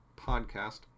podcast